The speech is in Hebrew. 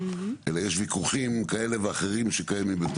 אלא יש וויכוחים כאלה ואחרים שקיימים.